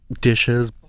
dishes